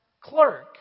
clerk